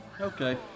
okay